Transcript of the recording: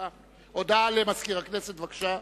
הודעה למזכיר הכנסת, בבקשה.